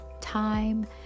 time